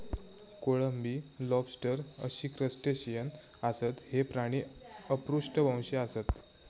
कोळंबी, लॉबस्टर अशी क्रस्टेशियन आसत, हे प्राणी अपृष्ठवंशी आसत